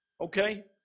Okay